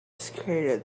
scared